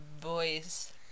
boys